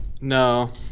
No